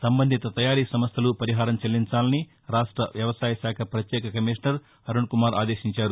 సంబంధిత తయారీ సంస్టలు పరిహారం చెల్లించాలని రాష్ట్ర వ్యవసాయ శాఖ పత్యేక కమిషనర్ అరుణ్ కుమార్ ఆదేశించారు